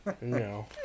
No